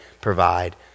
provide